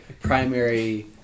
primary